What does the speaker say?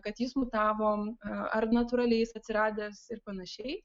kad jis mutavo ar natūraliai jis atsiradęs ir panašiai